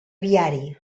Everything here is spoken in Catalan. viari